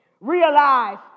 Realize